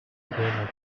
zählen